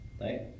Right